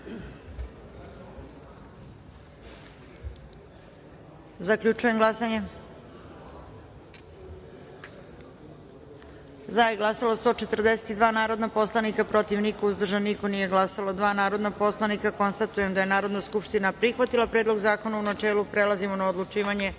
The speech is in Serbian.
načelu. Zaključujem glasanje: Za je glasalo 142 narodna poslanika, protiv – niko, uzdržan – niko, nisu glasala dva narodna poslanika. Konstatujem da je Narodna skupština prihvatila Predlog zakona, u načelu. Prelazimo na odlučivanje